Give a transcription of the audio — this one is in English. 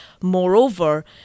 Moreover